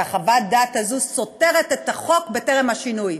וחוות הדעת הזאת סותרת את החוק בטרם השינוי.